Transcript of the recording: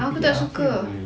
aku tak suka